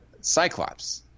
Cyclops